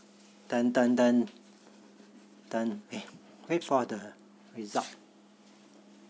等等等哎呀 wait for the results